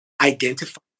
Identify